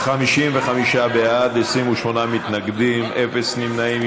55 בעד, 28 מתנגדים, אפס נמנעים.